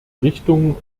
richtung